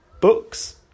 books